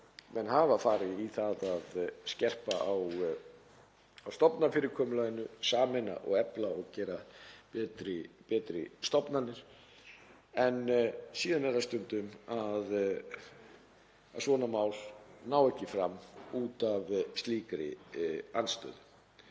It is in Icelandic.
Menn hafa farið í það að skerpa á stofnanafyrirkomulaginu, sameina og efla og gera betri stofnanir. En síðan er það stundum svo að svona mál nái ekki fram út af slíkri andstöðu.